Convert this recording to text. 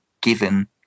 given